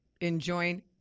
enjoying